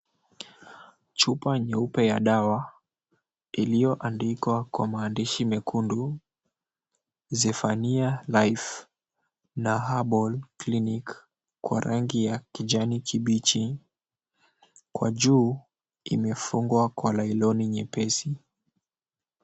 Chupa nyeupe ya dawa iliyoandikwa kwa maandishi mekundu, "Zephaniah Life" na "herbal clinic",kwa rangi ya kijani kibichi. Kwa juu imefungwa kwa nylon nyepesi.